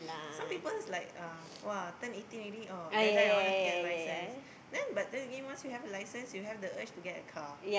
some people is like uh !wah! turn eighteen already oh die die I want must get a licence then but then again once you get a licence you have the urge to get a car